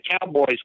Cowboys